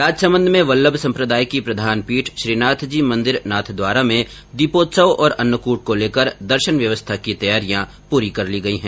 राजसमंद में वल्लभ संप्रदाय की प्रधान पीठ श्रीनाथजी मंदिर नाथद्वारा में दीपोत्सव और अन्नकूट को लेकर दर्शन व्यवस्था की तैयारियां पूरी कर ली गई है